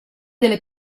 delle